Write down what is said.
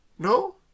No